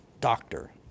doctor